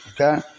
Okay